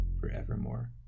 forevermore